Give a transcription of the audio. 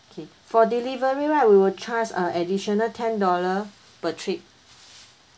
okay for delivery right we will charge uh additional ten dollar per trip